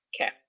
Okay